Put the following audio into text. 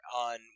On